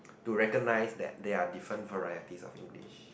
to recognise that they are different varieties of English